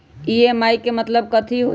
EMI के मतलब कथी होई?